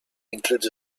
includes